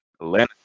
Atlanta